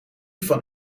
van